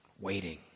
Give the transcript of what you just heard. waiting